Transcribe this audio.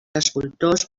escultors